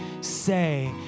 say